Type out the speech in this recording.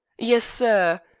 yes, sir.